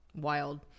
wild